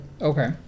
Okay